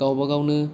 गावबागावनो